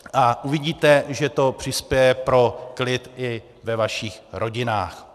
A uvidíte, že to přispěje ke klidu i ve vašich rodinách.